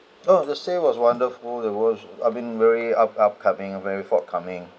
oh the stay was wonderful it was have been very up upcoming very forthcoming